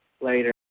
Later